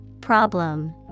Problem